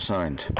Signed